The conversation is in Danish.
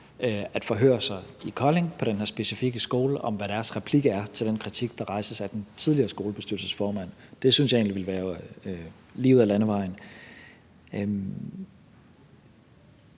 at forhøre sig i Kolding på den her specifikke skole om, hvad deres replik er til den kritik, der rejses af den tidligere skolebestyrelsesformand. Det synes jeg egentlig vil være lige ud ad landevejen.